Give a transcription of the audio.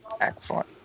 Excellent